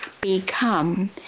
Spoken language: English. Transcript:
become